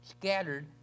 scattered